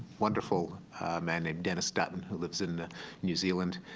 wonderful man named dennis dutton who lives in new zealand.